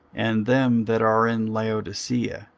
and them that are in laodicea,